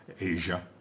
Asia